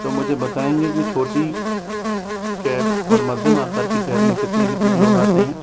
तो मुझे बताएँगे कि छोटी कैब और मध्यम आकार की कैब में कितने कितने लोग आते हैं